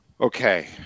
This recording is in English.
okay